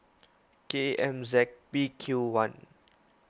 K M Z P Q one